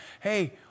hey